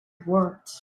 rewards